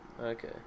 okay